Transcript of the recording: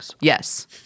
Yes